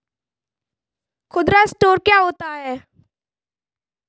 खुदरा स्टोर क्या होता है?